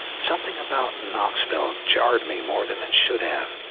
something about knoxville jarred me more than it should have.